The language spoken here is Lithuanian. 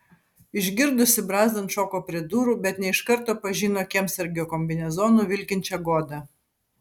išgirdusi brazdant šoko prie durų bet ne iš karto pažino kiemsargio kombinezonu vilkinčią godą